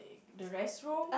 the restroom